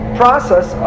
process